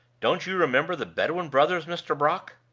don't you remember the bedouin brothers, mr. brock?